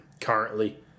currently